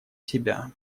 себя